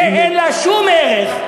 אין לה שום ערך.